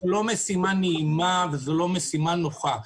זו לא משימה נעימה וזו לא משימה נוחה.